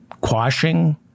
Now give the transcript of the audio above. quashing